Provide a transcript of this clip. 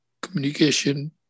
communication